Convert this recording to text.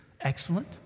excellent